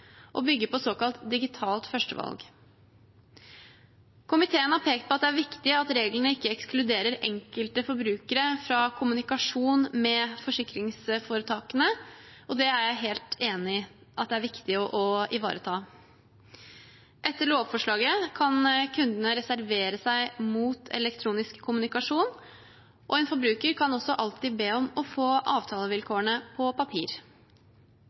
og bygger på såkalt digitalt førstevalg. Komiteen har pekt på at det er viktig at reglene ikke ekskluderer enkelte forbrukere fra kommunikasjon med forsikringsforetakene, og jeg er helt enig i at det er viktig å ivareta. Etter lovforslaget kan kundene reservere seg mot elektronisk kommunikasjon, og en forbruker kan også alltid be om å få avtalevilkårene på papir.